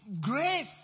Grace